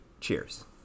Cheers